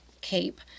cape